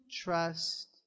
trust